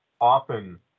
Often